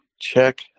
check